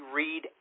read